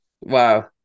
Wow